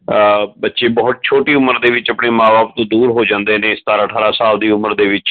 ਬੱਚੇ ਬਹੁਤ ਛੋਟੀ ਉਮਰ ਦੇ ਵਿੱਚ ਆਪਣੇ ਮਾਂ ਬਾਪ ਤੋਂ ਦੂਰ ਹੋ ਜਾਂਦੇ ਨੇ ਸਤਾਰ੍ਹਾਂ ਅਠਾਰ੍ਹਾਂ ਸਾਲ ਦੀ ਉਮਰ ਦੇ ਵਿੱਚ